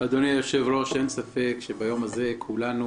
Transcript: אדוני היושב-ראש, אין ספק שביום הזה לכולנו